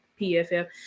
pff